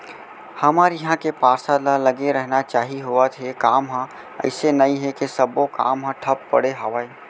हमर इहाँ के पार्षद ल लगे रहना चाहीं होवत हे काम ह अइसे नई हे के सब्बो काम ह ठप पड़े हवय